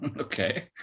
Okay